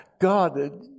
God